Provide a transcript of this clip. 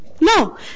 No